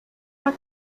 not